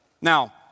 Now